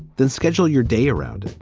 then schedule your day around,